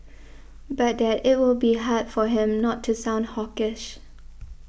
but that it will be hard for him not to sound hawkish